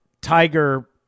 Tiger